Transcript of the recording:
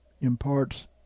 imparts